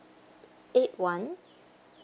eight one